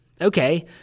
Okay